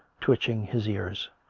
twitching his ears.